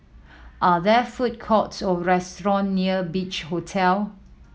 are there food courts or restaurants near Beach Hotel